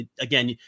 again